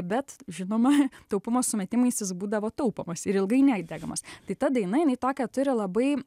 bet žinoma taupumo sumetimais jis būdavo taupomas ir ilgai nedegamas tai ta daina jinai tokią turi labai